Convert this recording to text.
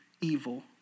evil